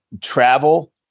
travel